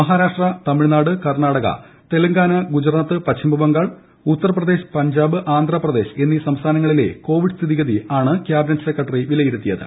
മഹാരാഷ്ട്ര തമിഴ്നാട് കർണാടക തെലങ്കാന ഗുജറാത്ത് പശ്ചിമ ബംഗാൾ ഉത്തർപ്രദേശ് പഞ്ചാബ് ആന്ധ്രാപ്രദേശ് എന്നീ സംസ്ഥാനങ്ങളിലെ കോവിഡ് സ്ഥിരീഗതികൾ ആണ് ക്യാബിനറ്റ് സെക്രട്ടറി വിലയിരുത്തിയത്